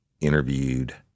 interviewed